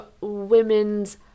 women's